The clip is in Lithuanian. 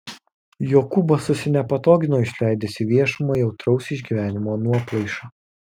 jokūbas susinepatogino išleidęs į viešumą jautraus išgyvenimo nuoplaišą